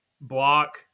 block